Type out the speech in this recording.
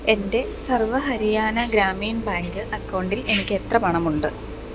എൻ്റെ സർവ്വ ഹരിയാന ഗ്രാമീൺ ബാങ്ക് അക്കൗണ്ടിൽ എനിക്കെത്ര പണമുണ്ട്